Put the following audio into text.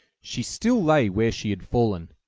she still lay where she had fallen,